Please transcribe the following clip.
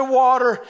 water